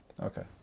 Okay